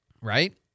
right